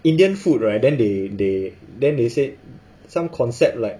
indian food right then they they then they said some concept like